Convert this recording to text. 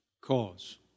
cause